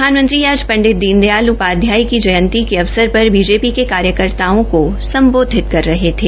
प्रधानमंत्री आज पंडित दयाल उपाध्याय की जयंती पर अवसर पर बीजेपी के कार्यकर्ताओं को सम्बोधित कर रहे थे